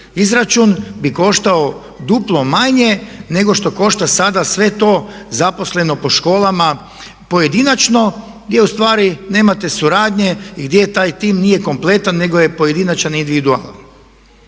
izračun bi koštao duplo manje nego što košta sada sve to zaposleno po školama pojedinačno gdje ustvari nemate suradnje i gdje taj tim nije kompletan nego je pojedinačan, individualan.